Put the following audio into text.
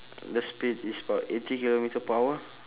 the speed is about eighty kilometre per hour